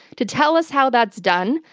to tell us how that's done,